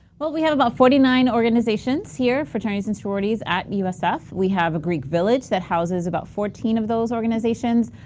well we have about forty nine organizations here fraternities and sororities at usf. we have a greek village that houses about fourteen of those organizations.